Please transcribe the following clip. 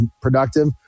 productive